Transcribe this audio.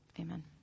amen